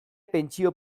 pentsio